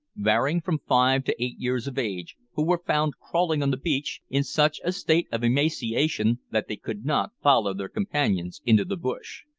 varying from five to eight years of age, who were found crawling on the beach, in such a state of emaciation that they could not follow their companions into the bush.